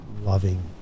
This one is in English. loving